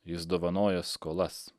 jis dovanoja skolas